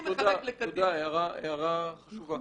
תודה, הערה חשובה.